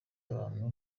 abantu